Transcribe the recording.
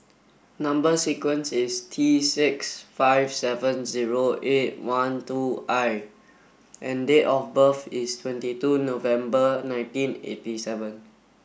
number sequence is T six five seven zero eight one two I and date of birth is twenty two November nineteen eighty seven